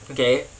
okay